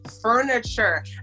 furniture